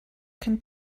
can